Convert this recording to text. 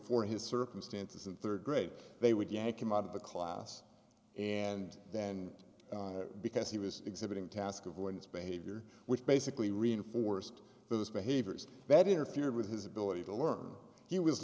for his circumstances in rd grade they would yank him out of the class and then because he was exhibiting task avoidance behavior which basically reinforced those behaviors that interfered with his ability to learn he was